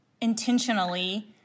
intentionally